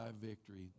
victory